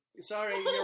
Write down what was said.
Sorry